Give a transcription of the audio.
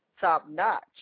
top-notch